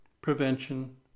prevention